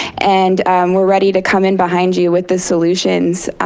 and we're ready to come in behind you with the solutions,